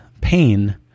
pain